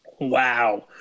Wow